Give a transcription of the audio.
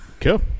Cool